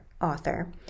Author